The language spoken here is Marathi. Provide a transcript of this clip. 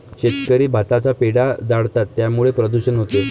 शेतकरी भाताचा पेंढा जाळतात त्यामुळे प्रदूषण होते